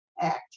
Act